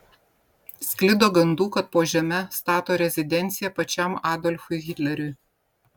sklido gandų kad po žeme stato rezidenciją pačiam adolfui hitleriui